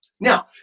Now